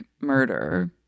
murder